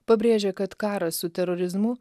pabrėžė kad karas su terorizmu